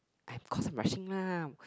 I'm cause rushing lah